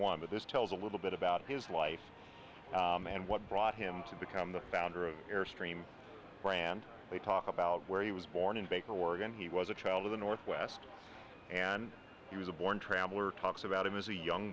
one but this tells a little bit about his life and what brought him to become the founder of airstream brand they talk about where he was born in baker oregon he was a child of the northwest and he was a born traveler talks about him as a young